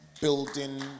Building